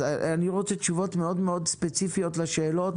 אז אני רוצה תשובות מאוד-מאוד ספציפיות לשאלות.